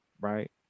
right